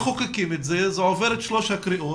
מחוקקים את החוק, החוק עובר שלוש קריאות